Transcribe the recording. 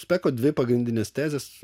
speko dvi pagrindinės tezės